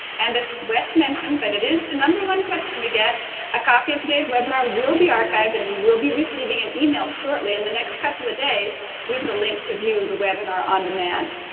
and as wes mentioned but it is the number one question we get a copy of today's webinar will be archived, and you will be receiving an email shortly in the next couple of days with a link to view the webinar on demand.